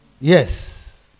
Yes